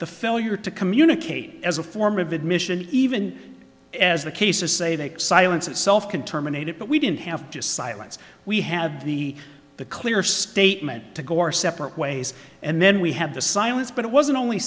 the failure to communicate as a form of admission even as the cases say that silence itself can terminate it but we didn't have just silence we have the the clearest statement to go our separate ways and then we have the silence but it wasn't only